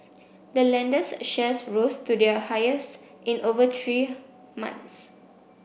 the lender's shares rose to their highest in over three months